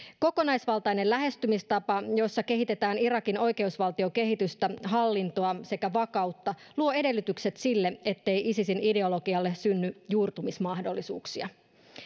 kokonaisvaltainen lähestymistapa jossa kehitetään irakin oikeusvaltiokehitystä hallintoa sekä vakautta luo edellytykset sille ettei isisin ideologialle synny juurtumismahdollisuuksia